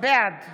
בעד